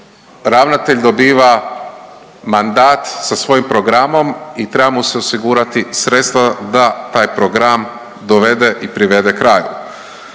ravnatelj dobiva mandat sa svojim programom i treba mu se osigurati sredstva da taj program dovede i privede kraju.